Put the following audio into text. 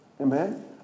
Amen